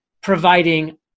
providing